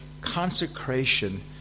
consecration